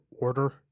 Order